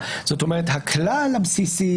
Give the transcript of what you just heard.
ההצעה שלנו,